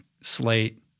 slate